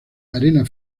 arena